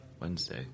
Wednesday